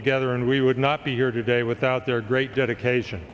together and we would not be here today without their great dedication